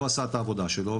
לא עשה את העבודה שלו,